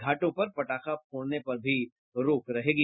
घाटों पर पटाखा फोड़ने पर भी रोक रहेगी